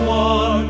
one